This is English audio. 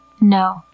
No